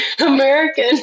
American